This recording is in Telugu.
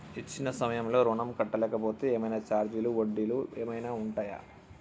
ఇచ్చిన సమయంలో ఋణం కట్టలేకపోతే ఏమైనా ఛార్జీలు వడ్డీలు ఏమైనా ఉంటయా?